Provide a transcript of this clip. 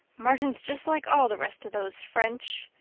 martin's just like all the rest of those french,